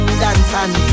dancing